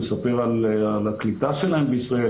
הוא יספר על הקליטה שלהם בישראל,